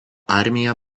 armija